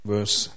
Verse